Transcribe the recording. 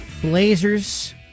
Blazers